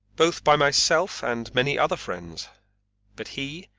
both by myself and many other friends but he,